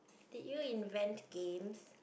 did you invent games